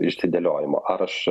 išsidėliojimo ar aš